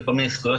כל מיני זכויות